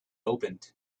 opened